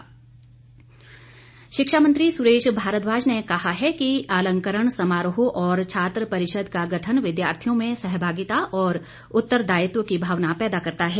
सुरेश भारद्वाज शिक्षा मंत्री सुरेश भारद्वाज ने कहा है कि आलंकरण समारोह और छात्र परिषद का गठन विद्यार्थियों में सहभागिता और उत्तरदायित्व की भावना पैदा करता है